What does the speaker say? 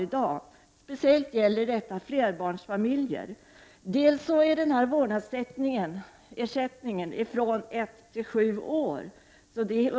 Vårdnadsersättningen gäller under hela tiden från ett till sju år.